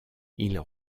ils